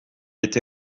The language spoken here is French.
été